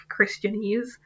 Christianese